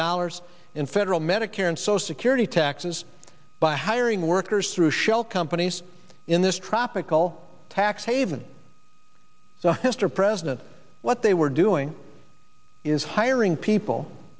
dollars in federal medicare and social security taxes by hiring workers through shell companies in this tropical tax haven mr president what they were doing is hiring people